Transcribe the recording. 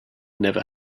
never